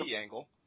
angle